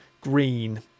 green